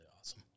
awesome